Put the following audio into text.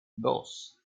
dos